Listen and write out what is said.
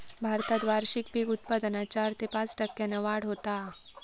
भारतात वार्षिक पीक उत्पादनात चार ते पाच टक्क्यांन वाढ होता हा